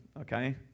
okay